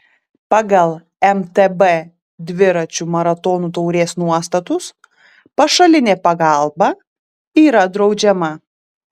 pagal mtb dviračių maratonų taurės nuostatus pašalinė pagalba yra draudžiama